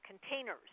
containers